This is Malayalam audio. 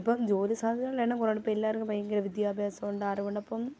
ഇപ്പം ജോലി സാധ്യതകളുടെ എണ്ണം കുറവാണ് ഇപ്പം എല്ലാവർക്കും ഭയങ്കര വിദ്യാഭ്യാസമുണ്ട് അറിവുണ്ട് അപ്പം